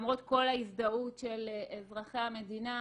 למרות כל ההזדהות של אזרחי המדינה,